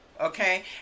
okay